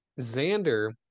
Xander